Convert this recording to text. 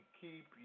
keep